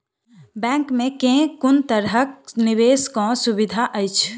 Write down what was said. Bank मे कुन केँ तरहक निवेश कऽ सुविधा अछि?